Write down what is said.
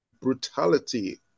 brutality